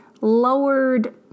lowered